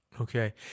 Okay